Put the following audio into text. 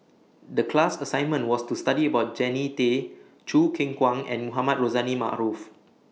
The class assignment was to study about Jannie Tay Choo Keng Kwang and Mohamed Rozani Maarof